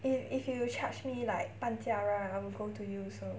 if if you charge me like 半价 right I will go to you so